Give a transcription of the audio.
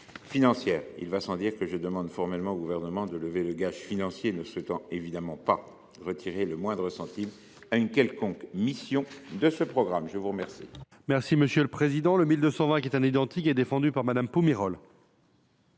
individuelles. Il va sans dire que je demande formellement au Gouvernement de lever le gage financier, ne souhaitant évidemment pas retirer le moindre centime à une quelconque autre action de ce programme. L’amendement